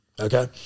Okay